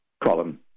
column